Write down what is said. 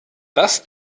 das